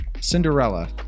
cinderella